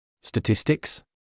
Statistics